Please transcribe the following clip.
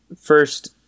first